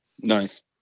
Nice